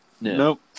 Nope